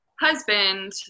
husband